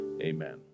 amen